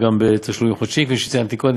שנתן למכור ביטוחים כאלה,